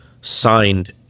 signed